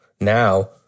Now